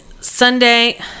sunday